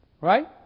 Right